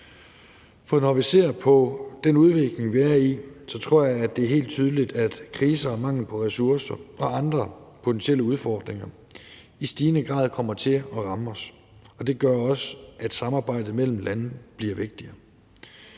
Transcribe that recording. For når vi ser på den udvikling, vi er i, er det helt tydeligt, tror jeg, at kriser og mangel på ressourcer og andre potentielle udfordringer i stigende grad kommer til at ramme os, og det gør også, at samarbejdet mellem landene bliver vigtigere.